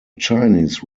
chinese